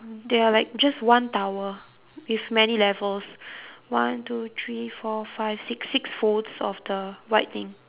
there are like just one tower with many levels one two three four five six six folds of the white thing